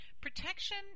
Protection